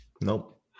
Nope